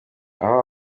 aho